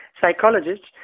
psychologists